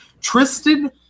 Tristan